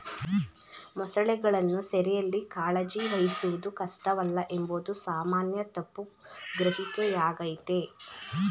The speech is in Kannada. ಮೊಸಳೆಗಳನ್ನು ಸೆರೆಯಲ್ಲಿ ಕಾಳಜಿ ವಹಿಸುವುದು ಕಷ್ಟವಲ್ಲ ಎಂಬುದು ಸಾಮಾನ್ಯ ತಪ್ಪು ಗ್ರಹಿಕೆಯಾಗಯ್ತೆ